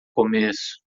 começo